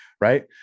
Right